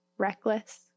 Reckless